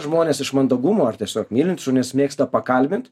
žmonės iš mandagumo ar tiesiog mylintys šunis mėgsta pakalbint